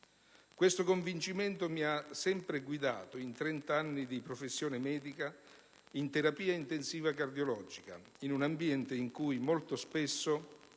Questo convincimento mi ha sempre guidato in 30 anni di professione medica in terapia intensiva cardiologica, in un ambiente in cui molto spesso,